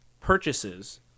purchases